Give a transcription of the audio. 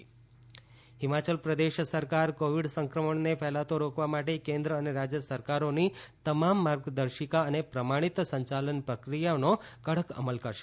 Himachal Pradesh Covid Himachal Pradesh સરકાર Covid સંક્રમણને ફેલાતો રોકવા માટે કેન્દ્ર અને રાજ્ય સરકારોની તમામ માર્ગદર્શિકા અને પ્રમાણિત સંચાલન પ્રક્રિયાઓનો કડક અમલ કરશે